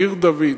בעיר-דוד.